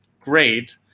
great